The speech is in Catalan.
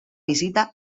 visita